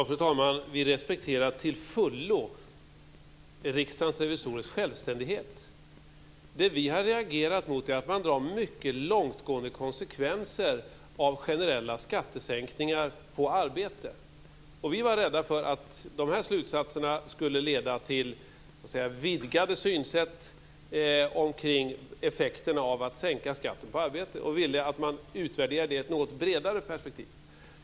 Fru talman! Vi respekterar till fullo Riksdagens revisorers självständighet. Det vi har reagerat mot är att man drar mycket långtgående konsekvenser av generella skattesänkningar på arbete. Vi var rädda för att de här slutsatserna skulle leda till ett vidgat synsätt omkring effekterna av att sänka skatten på arbete och ville att man skulle utvärdera det i ett något bredare perspektiv.